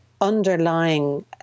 underlying